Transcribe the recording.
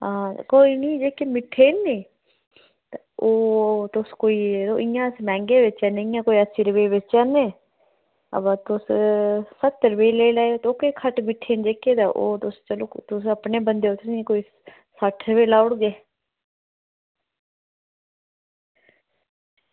हां कोई निं जेह्के मिट्ठे नी ते ओह् तुस कोई इ'यां अस मैंह्गे बेचै ने इ'यां कोई अस्सी रपेऽ बेचै करने अवा तुस सत्तर रपेऽ लेई लैएओ ते ओह्के खट्ट मिट्ठे न जेह्के ते ओह् तुस चलो तुस अपने बंदे ओ तुसें ई कोई सट्ठ रपेऽ लाई ओड़गे